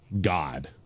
God